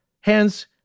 hence